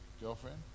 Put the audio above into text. girlfriend